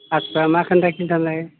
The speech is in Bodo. आस्सा मा खोथा खिन्थालाय